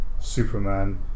Superman